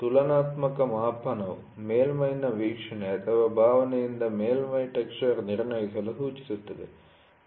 ತುಲನಾತ್ಮಕ ಮಾಪನವು ಮೇಲ್ಮೈ'ನ ವೀಕ್ಷಣೆ ಅಥವಾ ಭಾವನೆಯಿಂದ ಮೇಲ್ಮೈ ಟೆಕ್ಸ್ಚರ್ ನಿರ್ಣಯಿಸಲು ಸೂಚಿಸುತ್ತದೆ